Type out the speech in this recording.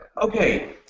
Okay